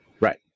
Right